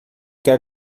quer